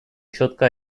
четко